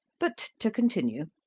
but to continue.